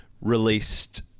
released